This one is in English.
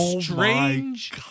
strange